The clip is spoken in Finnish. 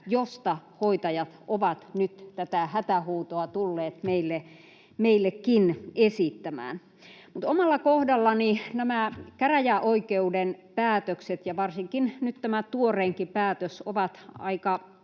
josta hoitajat ovat nyt tätä hätähuutoa tulleet meillekin esittämään. Omalla kohdallani käräjäoikeuden päätökset ja varsinkin nyt tämä tuoreinkin päätös ovat aika